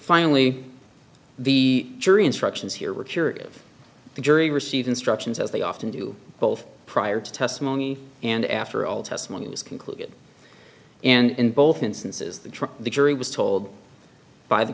finally the jury instructions here were curative the jury receive instructions as they often do both prior to testimony and after all testimony was concluded and in both instances the trick the jury was told by the